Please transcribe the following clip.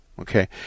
okay